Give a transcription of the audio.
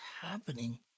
happening